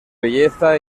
belleza